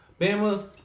Bama